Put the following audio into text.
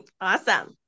awesome